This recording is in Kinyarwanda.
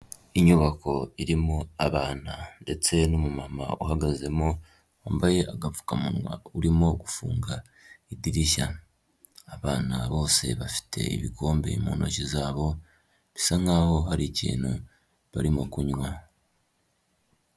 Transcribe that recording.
Inyubako irimo abana ndetse n'umumama uhagazemo wambaye agapfukamunwa urimo gufunga idirishya. Abana bose bafite ibikombe mu ntoki zabo, bisa nkaho hari ikintu barimo kunywa.